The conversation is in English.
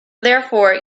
therefore